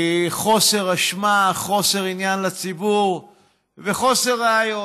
חוסר אשמה, חוסר עניין לציבור וחוסר ראיות.